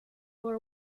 war